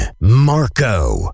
Marco